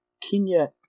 Kenya